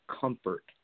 comfort